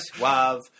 Love